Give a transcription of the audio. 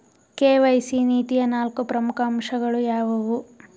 KYC ನೀತಿಯ ನಾಲ್ಕು ಪ್ರಮುಖ ಅಂಶಗಳು ಯಾವುವು?